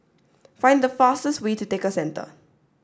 find the fastest way to Tekka Centre